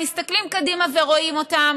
מסתכלים קדימה ורואים אותן.